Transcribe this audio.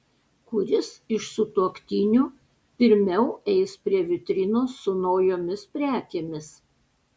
kuris iš sutuoktinių pirmiau eis prie vitrinos su naujomis prekėmis